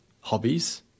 hobbies